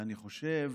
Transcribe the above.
אני חושב